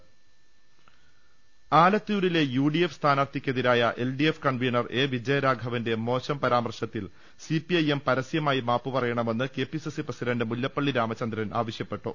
ന ആലത്തൂരിലെ യുഡിഎഫ് സ്ഥാനാർത്ഥി ക്കെതിരായ എൽ ഡിഎഫ് കൺവീനർ എ വിജയരാഘവന്റെ പരാമർശത്തിൽ സിപി ഐഎം പരസ്യമായി മാപ്പു പറയണമെന്ന് K P C C president Mullappally Ramachandran ആവശ്യപ്പെട്ടു